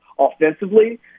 offensively